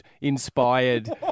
inspired